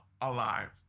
alive